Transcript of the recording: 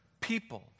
people